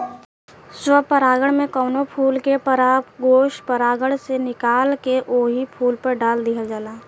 स्व परागण में कवनो फूल के परागकोष परागण से निकाल के ओही फूल पर डाल दिहल जाला